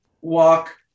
walk